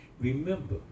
remember